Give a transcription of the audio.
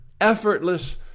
effortless